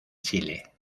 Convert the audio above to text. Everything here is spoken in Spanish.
chile